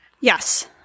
Yes